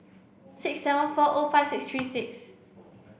six seven four O five six three six